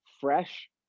fresh